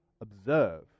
observe